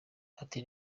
ati